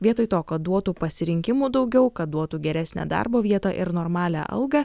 vietoj to kad duotų pasirinkimų daugiau kad duotų geresnę darbo vietą ir normalią algą